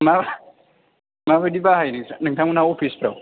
मा माबायदि बाहायो नोंस्रा नोंथांमोनहा अफिसफ्राव